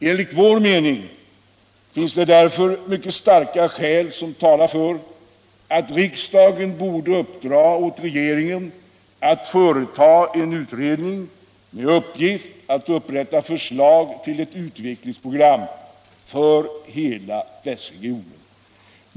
Enligt vår mening finns det mycket starka skäl som talar för att riksdagen borde uppdra åt regeringen att företa en utredning, med uppgift att upprätta förslag till ett utvecklingsprogram för hela västregionen.